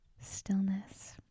stillness